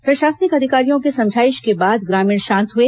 प्रशासनिक अधिकारियों की समझाइश के बाद ग्रामीण शांत हुए